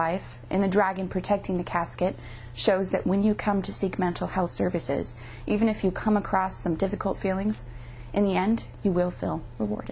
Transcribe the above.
life and the dragon protecting the casket shows that when you come to seek mental health services even if you come across some difficult feelings in the end you will s